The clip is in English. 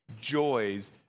joys